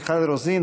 מיכל רוזין,